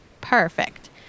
Perfect